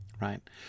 Right